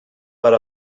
per